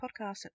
podcast